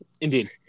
indeed